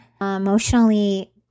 emotionally